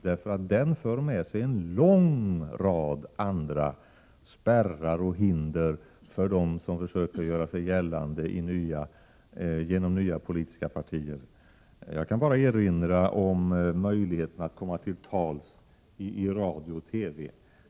Den för också med sig en lång rad andra spärrar och hinder för dem som försöker göra sig gällande genom nya politiska partier. Jag kan bara erinra om möjligheterna att komma till tals i radio och TV.